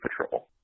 Patrol